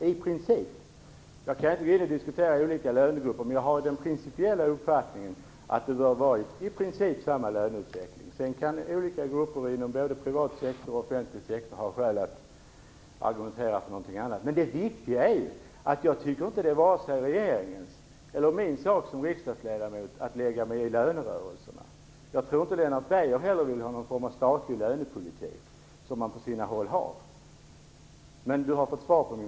Fru talman! Jag skall ge ett rakt svar på den frågan. Ja, det tycker jag i princip. Jag kan inte gå in på olika lönegrupper, men jag har den principiella uppfattningen att det bör vara samma löneutveckling. Olika grupper inom såväl privat som offentlig sektor kan naturligtvis ha skäl att argumentera för någonting annat. Det viktiga är att jag inte tycker att det är vare sig regeringens eller min sak som riksdagsledamot att lägga sig i lönerörelserna. Jag tror inte att Lennart Beijer heller vill ha någon form av statlig lönepolitik. Det var svar på frågan.